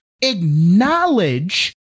Acknowledge